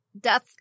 Death